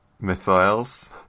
missiles